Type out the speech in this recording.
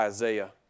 Isaiah